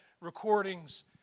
recordings